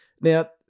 Now